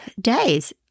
days